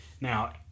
now